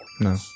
no